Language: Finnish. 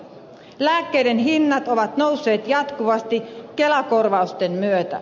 lääkkeiden hinnat ovat nousseet jatkuvasti kelakorvausten myötä